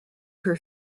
her